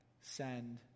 send